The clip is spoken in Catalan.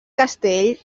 castell